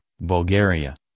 Bulgaria